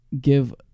give